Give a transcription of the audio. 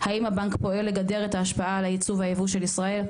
האם הבנק פועל לגדר את ההשפעה על הייצוא וייבוא של ישראל?